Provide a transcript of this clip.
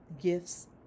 gifts